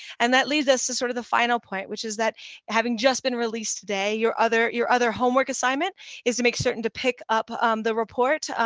and that leads us to sort of the final point, which is that having just been released today, your other your other homework assignment is to make certain to pick up um the report,